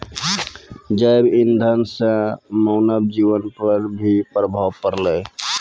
जैव इंधन से मानव जीबन पर भी प्रभाव पड़लै